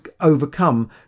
overcome